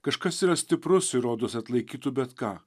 kažkas yra stiprus ir rodos atlaikytų bet ką